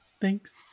thanks